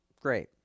Great